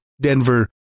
Denver